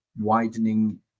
widening